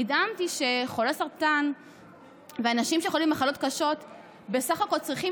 נדהמתי שחולי סרטן ואנשים שחולים במחלות קשות בסך הכול צריכים